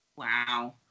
Wow